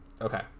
okay